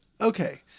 Okay